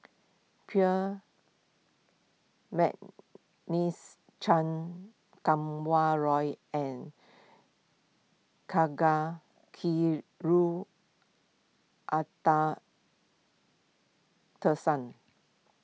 peer McNeice Chan Kum Wah Roy and